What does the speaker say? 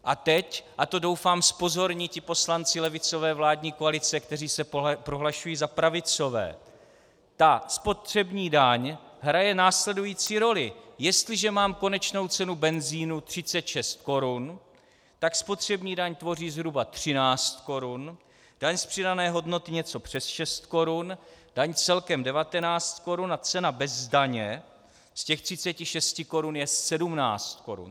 A teď a to doufám zpozorní ti poslanci levicové vládní koalice, kteří se prohlašují za pravicové ta spotřební daň hraje následující roli: Jestliže mám konečnou cenu benzinu 36 korun, tak spotřební daň tvoří zhruba 13 korun, daň z přidané hodnoty něco přes 6 korun, daň celkem 19 korun a cena bez daně z těch 36 korun je 17 korun.